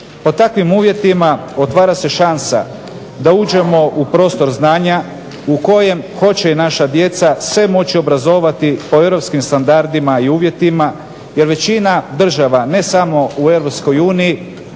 Pod takvim uvjetima otvara se šansa da uđemo u prostor znanja u kojem hoće i naša djeca se moći obrazovati po europskim standardima i uvjetima jer većina država, ne samo u EU već i